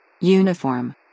Uniform